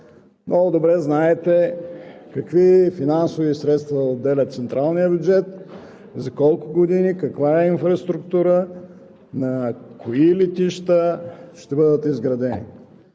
Много добре знаете какви финансови средства отделя централният бюджет, за колко години, каква инфраструктура и кои летища ще бъдат изградени.